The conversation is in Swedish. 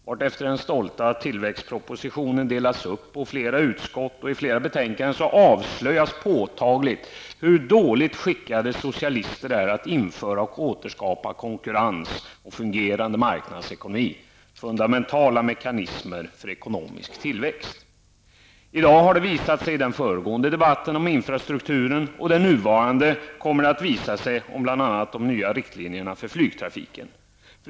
Allteftersom den stolta tillväxtpropositionen delats upp på flera utskott och betänkanden avslöjas påtagligt, hur dåligt skickade socialister är att införa och återskapa konkurrens och fungerande marknadsekonomi, fundamentala mekanismer för ekonomisk tillväxt. I dag har detta visat sig såväl i den föregående debatten om infrastrukturen som i den nuvarande om bl.a. nya riktlinjer för flygtrafiken.